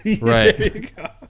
Right